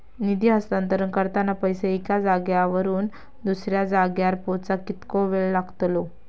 निधी हस्तांतरण करताना पैसे एक्या जाग्यावरून दुसऱ्या जाग्यार पोचाक कितको वेळ लागतलो?